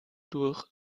durch